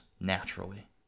naturally